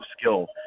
skill